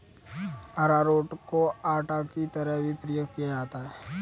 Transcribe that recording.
अरारोट को आटा की तरह भी प्रयोग किया जाता है